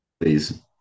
Please